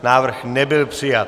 Návrh nebyl přijat.